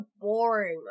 boring